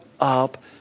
up